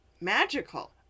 magical